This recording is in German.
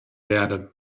werde